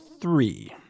three